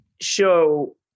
show